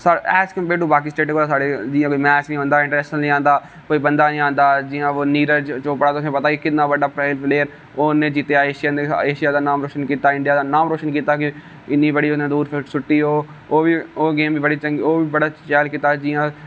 S compare to बाकी स्टेटे कोला साढ़ी जि'यां कोई मैच बी नेई होंदा इंटरनेशनल जां बंदा कोई नेई आंदा जि'यां ओह् नीरज चौपड़ा तुसें गी पता होना कि किन्ना बड्डा प्लेयर उ'नें जित्तेआ ऐशिया दा नाम रोशन कीता इंडिया दा नांम रोशन कीता कि इन्नी बड्डी उ'नें दूर सु'ट्टी ओह् ओह्बी गेम बी बड़ी चंगी ओह्बी बड़ा चंगा कीता जि'यां